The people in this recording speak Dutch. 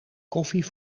koffie